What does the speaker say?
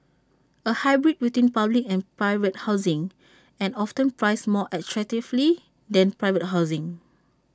A hybrid between public and private housing and often priced more attractively than private housing